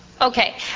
Okay